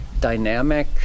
dynamic